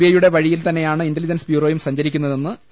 I യുടെ വഴിയിൽ തന്നെയാണ് ഇന്റലിജൻസ് ബ്യൂറോയും സഞ്ചരി ക്കുന്നതെന്ന് എ